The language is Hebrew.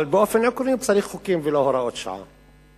אבל באופן עקרוני צריך חוקים, ולא הוראות שעה.